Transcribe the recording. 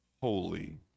holy